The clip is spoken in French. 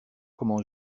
comment